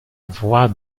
voie